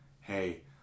hey